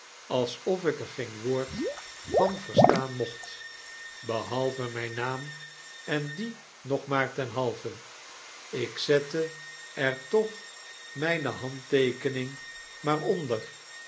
alsof ik er geen woord van verstaan mocht behalve myn naam en dien nog maar ten halve ik zette er toch mijne handteekening maar oneen